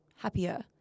happier